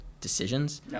decisions